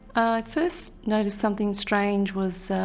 i first noticed something strange was,